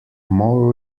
more